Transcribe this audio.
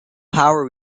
power